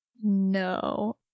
No